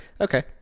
Okay